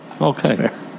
Okay